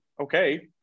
okay